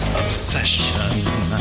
obsession